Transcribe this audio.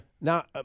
Now